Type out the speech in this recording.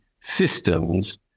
systems